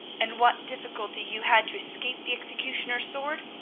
and what difficulty you had to escape the executioner's sword?